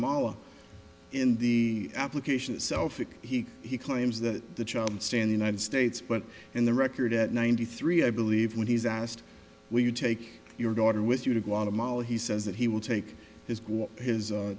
mala in the application itself he he claims that the child stand united states but in the record at ninety three i believe when he's asked will you take your daughter with you to guatemala he says that he will take his his